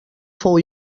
fou